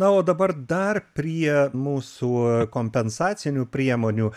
na o dabar dar prie mūsų kompensacinių priemonių